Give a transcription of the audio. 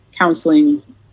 counseling